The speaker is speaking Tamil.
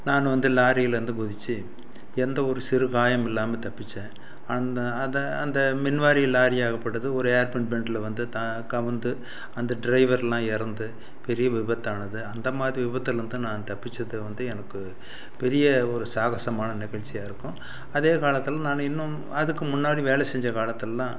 நான் வந்து லாரியில் இருந்து குதித்து எந்த ஒரு சிறு காயமும் இல்லாமல் தப்பித்தேன் அந்த அது அந்த மின் வாரி லாரியாகப்பட்டது ஒரு ஹேர்பேன் பெண்டில் வந்து த கவுந்து அந்த ட்ரைவர்லாம் இறந்து பெரிய விபத்தானது அந்த மாதிரி விபத்தில் இருந்து தான் நான் தப்பித்தது வந்து எனக்கு பெரிய ஒரு சாகசமான நிகழ்ச்சியா இருக்கும் அதே காலத்தில் நான் இன்னும் அதுக்கு முன்னாடி வேலை செஞ்ச காலத்திலலாம்